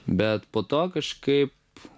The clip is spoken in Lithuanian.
bet po to kažkaip